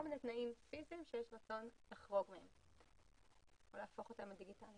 כל מיני תנאים פיזיים שיש רצון לחרוג מהם ולהפוך אותם לדיגיטליים.